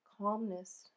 Calmness